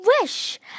wish